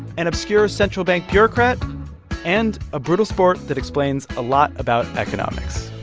an obscure central bank bureaucrat and a brutal sport that explains a lot about economics